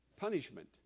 punishment